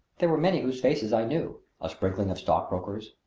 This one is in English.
there were many whose faces i knew a sprinkling of stock-brokers,